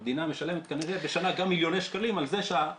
והמדינה משלמת כנראה בשנה כמה מיליוני שקלים על זה שה-